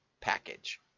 package